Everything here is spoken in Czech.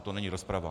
To není rozprava.